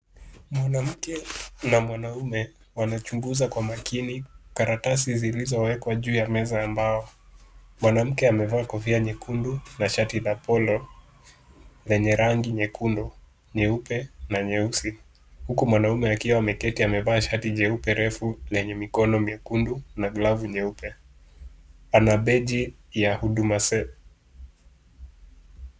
Mwanamke na mwanamume wanachunguza kwa makini karatasi zilizowekwa juu ya meza ya mbao. Mwanamke amevaa kofia nyekundu na shati la Polo lenye rangi nyekundu, nyeupe na nyeusi huku mwanamume akiwa ameketi amevaa shati jeupe refu lenye mikono mekundu na glavu nyeupe. Ana beji ya Huduma Center.